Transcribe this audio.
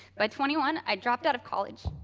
by twenty one, i dropped out of college